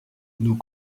nous